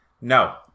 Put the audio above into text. No